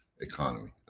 economy